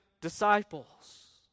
disciples